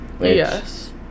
yes